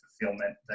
fulfillment